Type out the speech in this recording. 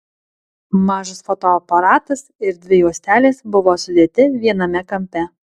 mažas fotoaparatas ir dvi juostelės buvo sudėti viename kampe